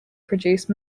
produce